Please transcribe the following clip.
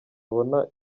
abona